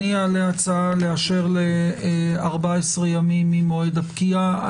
אני אעלה הצעה לאשר ל-14 ימים ממועד הפקיעה.